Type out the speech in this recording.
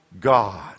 God